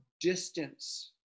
distance